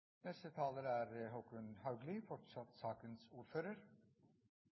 Neste taler er